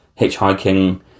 hitchhiking